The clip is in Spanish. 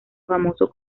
famoso